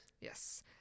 Yes